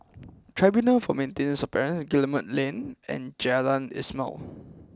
Tribunal for Maintenance of Parents Guillemard Lane and Jalan Ismail